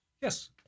yes